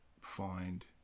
Find